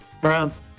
Browns